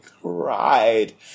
cried